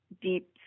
deep